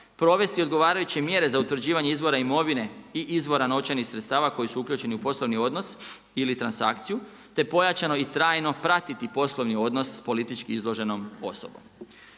provesti odgovarajuće mjere za utvrđivanje izvora imovina i izvora novčanih sredstava koji su uključeni u poslovni odnos ili transakciju, te pojačano i trajno pratiti poslovni odnos politički izloženom osobom.